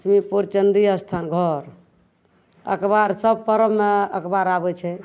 लछमीपुर चण्डी अस्थान घर अखबार सब परबमे अखबार आबै छै